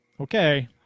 Okay